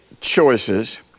choices